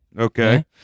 okay